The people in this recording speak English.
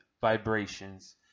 vibrations